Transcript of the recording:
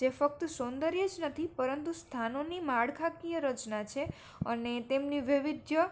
જે ફક્ત સૌંદર્ય જ નથી પરંતુ સ્થાનોની માળખાકીય રચના છે અને તેમની વૈવિધ્ય